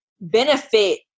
benefit